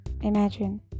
Imagine